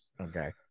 Okay